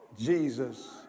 Jesus